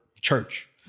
church